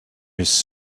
his